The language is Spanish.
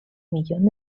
millón